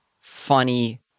funny